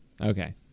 Okay